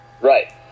Right